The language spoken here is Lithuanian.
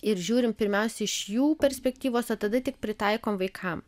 ir žiūrim pirmiausia iš jų perspektyvos o tada tik pritaikom vaikam